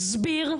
ולהסביר,